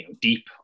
deep